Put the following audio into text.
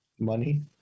money